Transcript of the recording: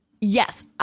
Yes